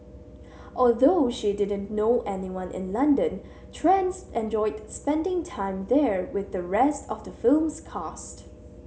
although she didn't know anyone in London Trans enjoyed spending time there with the rest of the film's cast